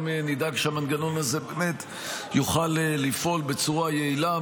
נדאג שהמנגנון הזה באמת יוכל לפעול בצורה יעילה,